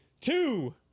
Two